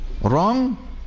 wrong